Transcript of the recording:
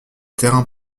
terrains